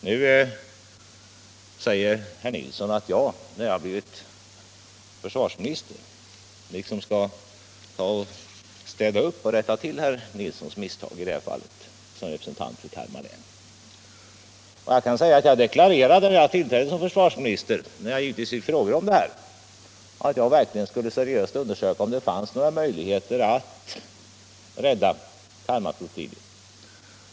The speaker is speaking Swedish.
Nu säger herr Nilsson att jag när jag blivit försvarsminister skall städa upp och rätta till herr Nilssons misstag i det fallet, som representant för Kalmar län. Jag deklarerade när jag tillträdde som försvarsminister och fick frågor om detta, att jag verkligen skulle seriöst undersöka om det fanns några möjligheter att rädda Kalmarflottiljen.